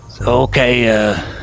Okay